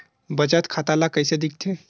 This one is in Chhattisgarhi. बचत खाता ला कइसे दिखथे?